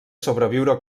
sobreviure